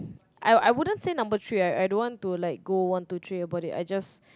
I I wouldn't say number three I I don't want like to go one two three about it I just